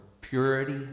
purity